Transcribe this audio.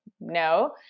No